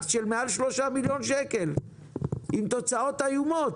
של יותר מ-3 מיליון עם תוצאות איומות.